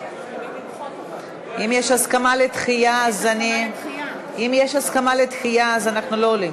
אם יש הסכמה לדחייה, אנחנו לא עולים.